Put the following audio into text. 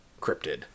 cryptid